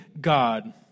God